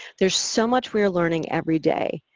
there's so much we are learning every day,